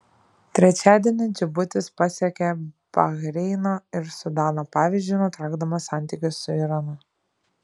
trečiadienį džibutis pasekė bahreino ir sudano pavyzdžiu nutraukdamas santykius su iranu